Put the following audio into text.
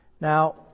Now